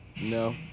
No